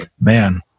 man